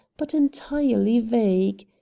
but entirely vague.